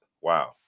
wow